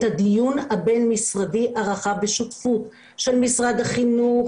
הדיון הבינמשרדי הרחב בשותפות של משרד החינוך,